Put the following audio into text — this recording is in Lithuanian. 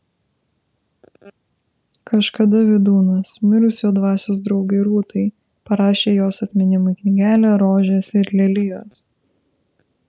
kažkada vydūnas mirus jo dvasios draugei rūtai parašė jos atminimui knygelę rožės ir lelijos